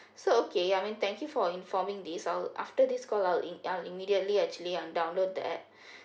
so okay ya I mean thank you for informing this I'll after this call I'll in~ I'll immediately actually um download the app